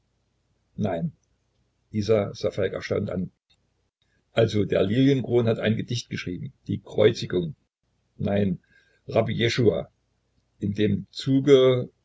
nein isa sah falk erstaunt an also der lilienkron hat ein gedicht geschrieben die kreuzigung nein rabbi jeschua in dem zuge